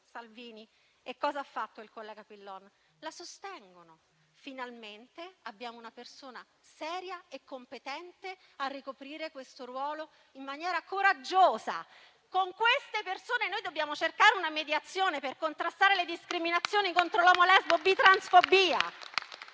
fanno i colleghi Salvini e Pillon? La sostengono: finalmente abbiamo una persona seria e competente a ricoprire questo ruolo in maniera coraggiosa. E con queste persone noi dovremmo cercare una mediazione per contrastare le discriminazioni contro l'omolesbobitransfobia?